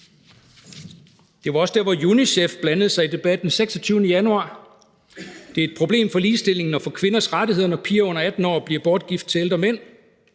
Det var også der, hvor UNICEF blandede sig i debatten, den 26. januar: »Det er et problem for ligestillingen og for kvinders rettigheder, når piger under 18 år bliver bortgift til ældre mænd.«